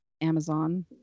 amazon